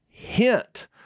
hint